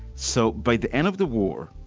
so by the end of the war,